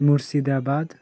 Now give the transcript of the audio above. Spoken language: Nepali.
मुर्सिदाबाद